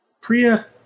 Priya